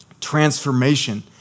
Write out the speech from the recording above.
transformation